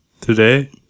Today